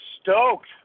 stoked